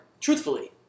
truthfully